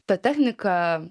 ta technika